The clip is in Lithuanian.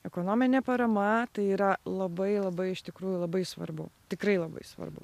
ekonominė parama tai yra labai labai iš tikrųjų labai svarbu tikrai labai svarbu